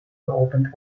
geopend